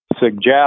suggest